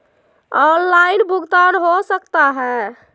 Online भुगतान हो सकता है?